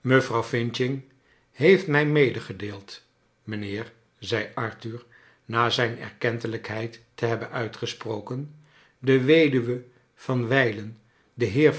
mevrouw finching heeft mij medegedeeld mijnheer zei arthur na zijn erkentelijkheid te hebben uitgesproken de weduwe van wijlen den heer